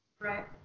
Right